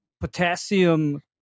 potassium